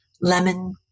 Lemon